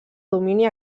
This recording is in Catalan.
domini